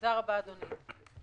תודה רבה, אדוני.